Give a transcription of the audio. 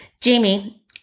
Jamie